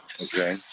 Okay